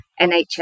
NHS